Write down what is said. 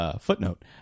Footnote